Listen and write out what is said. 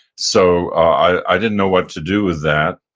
so i didn't know what to do with that.